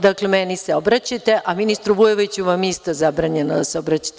Dakle, meni se obraćate, a ministru Vujoviću je isto zabranjeno da se obraćate.